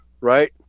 right